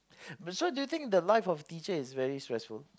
but so do you think the life of teacher is very stressful